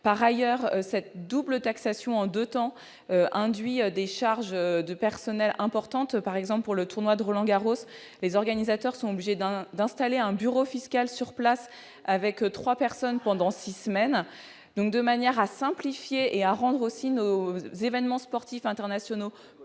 Par ailleurs, cette taxation en deux temps induit des charges de personnel importantes. Ainsi, pour le tournoi de Roland-Garros, les organisateurs sont obligés d'installer un bureau fiscal sur place avec trois personnes mobilisées pendant six semaines. De manière à simplifier la législation et à rendre nos événements sportifs internationaux